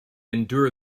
endure